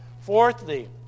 Fourthly